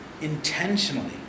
intentionally